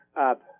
up